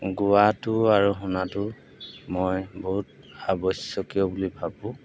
গোৱাটো আৰু শুনাটো মই বহুত আৱশ্যকীয় বুলি ভাবোঁ